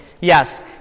yes